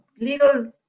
little